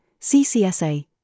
CCSA